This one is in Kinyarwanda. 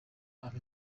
abe